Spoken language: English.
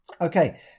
okay